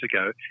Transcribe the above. ago